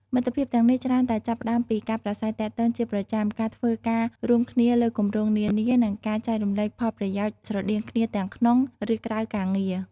មិត្តភាពទាំងនេះច្រើនតែចាប់ផ្ដើមពីការប្រាស្រ័យទាក់ទងជាប្រចាំ ការធ្វើការរួមគ្នាលើគម្រោងនានា និងការចែករំលែកផលប្រយោជន៍ស្រដៀងគ្នាទាំងក្នុង ឬក្រៅការងារ។